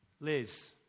Liz